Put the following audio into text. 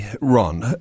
Ron